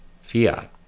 fiat